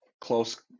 close